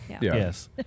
Yes